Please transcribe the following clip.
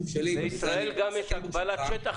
בישראל יש גם הגבלה על שטח